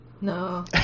no